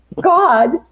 God